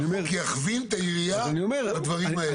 אבל החוק יכווין את העירייה בדברים האלה.